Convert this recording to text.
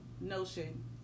notion